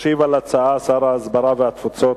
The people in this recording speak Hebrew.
ישיב על ההצעה שר ההסברה והתפוצות,